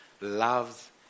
loves